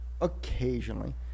occasionally